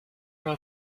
mal